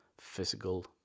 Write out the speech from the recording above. physical